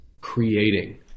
creating